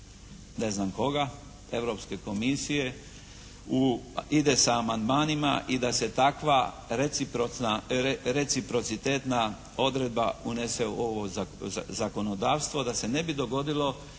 ne znam koga, Europske komisije ide sa amandmanima i da se takva reciprocitetna odredba unese u ovo zakonodavstvo da se ne bi dogodilo